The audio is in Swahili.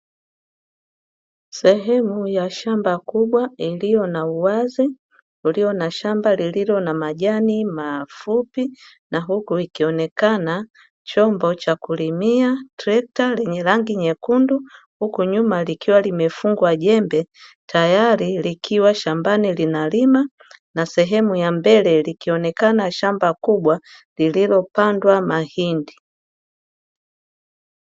Sehemu ya shamba kubwa ilio na uwazi ulio na shamba lililo na majani mafupi na huku ikionekana chombo cha kulimia, trekta lenye rangi nyekundu huku nyuma likiwa limefungwa jembe tayari likiwa shambani linalima na sehemu ya mbele likionekana shamba kubwa lililopandwa mahindi.